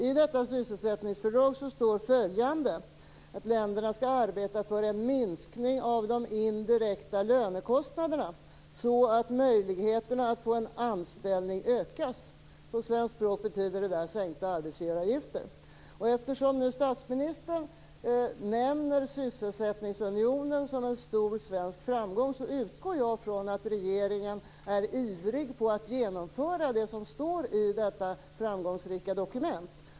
I detta sysselsättningsfördrag står följande: Länderna skall arbeta för en minskning av de indirekta lönekostnaderna, så att möjligheterna att få en anställning ökas. På svenskt språk betyder det sänkta arbetsgivareavgifter. Eftersom statsministern nu nämner sysselsättningsunionen som en stor svensk framgång, utgår jag från att regeringen är ivrig att genomföra det som står i detta framgångsrika dokument.